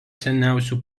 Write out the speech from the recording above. seniausių